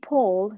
Paul